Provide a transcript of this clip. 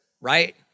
right